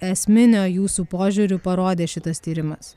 esminio jūsų požiūriu parodė šitas tyrimas